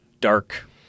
dark